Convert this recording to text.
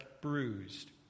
bruised